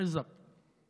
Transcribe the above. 30 דקות לרשותך.